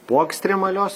po ekstremalios